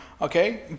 Okay